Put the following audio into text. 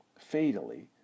fatally